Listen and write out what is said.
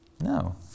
No